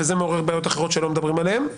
וזה מעורר בעיות אחרות שלא מדברים עליהן.